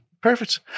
Perfect